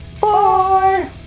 Bye